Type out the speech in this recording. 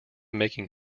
making